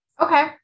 Okay